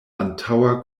antaŭa